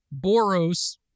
Boros